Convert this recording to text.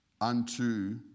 unto